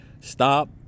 Stop